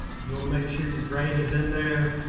you want to make sure your grate is in there.